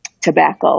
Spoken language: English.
tobacco